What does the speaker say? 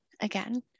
again